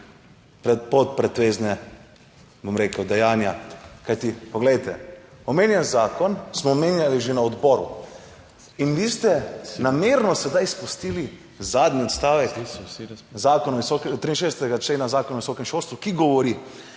podpretvezne, bom rekel, dejanja. Kajti poglejte, omenjen zakon smo omenjali že na odboru in vi ste namerno sedaj spustili zadnji odstavek Zakon o visokem, 63. člena, Zakona o visokem šolstvu, ki govori: